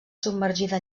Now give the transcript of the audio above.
submergida